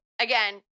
again